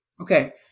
Okay